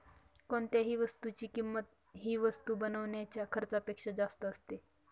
कोणत्याही वस्तूची किंमत ही वस्तू बनवण्याच्या खर्चापेक्षा जास्त असते